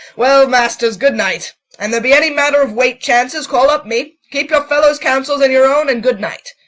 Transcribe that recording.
well, masters, good night an there be any matter of weight chances, call up me keep your fellows' counsels and your own, and good night.